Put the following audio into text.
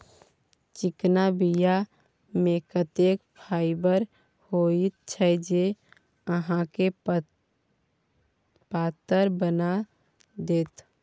चिकना बीया मे एतेक फाइबर होइत छै जे अहाँके पातर बना देत